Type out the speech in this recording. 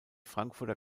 frankfurter